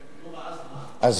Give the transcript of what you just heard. נו, אז מה?